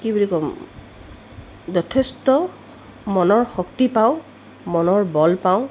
কি বুলি ক'ম যথেষ্ট মনৰ শক্তি পাওঁ মনৰ বল পাওঁ